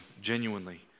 genuinely